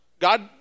God